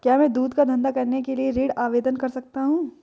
क्या मैं दूध का धंधा करने के लिए ऋण आवेदन कर सकता हूँ?